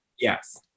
Yes